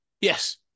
Yes